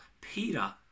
Peter